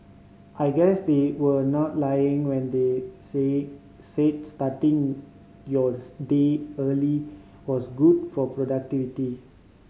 I guess they were not lying when they say said starting yours day early was good for productivity